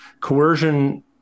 coercion